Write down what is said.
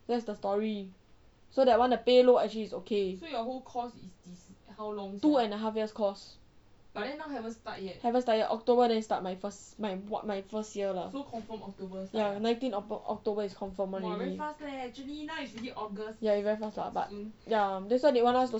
that's the story so that one the pay low actually it's okay two and a half years course haven't start yet october then start my first my what my first year lah nineteenth of october is confirm one already ya it's very fast lah that's why they want us to